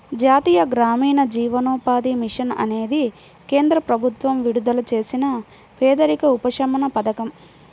జాతీయ గ్రామీణ జీవనోపాధి మిషన్ అనేది కేంద్ర ప్రభుత్వం విడుదల చేసిన పేదరిక ఉపశమన పథకం